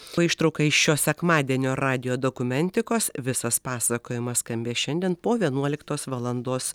o ištrauka iš šio sekmadienio radijo dokumentikos visas pasakojimas skambės šiandien po vienuoliktos valandos